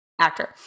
Actor